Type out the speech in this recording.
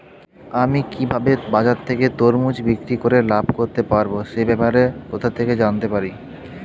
আমি কিভাবে বাজার থেকে তরমুজ বিক্রি করে লাভ করতে পারব সে ব্যাপারে কোথা থেকে জানতে পারি?